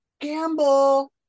gamble